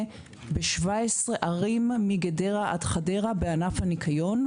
ב-17 ערים מגדרה עד חדרה בענף הניקיון,